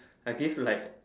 I give like